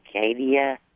Acadia